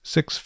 Six